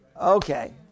Okay